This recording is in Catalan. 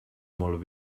molt